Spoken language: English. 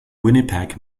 winnipeg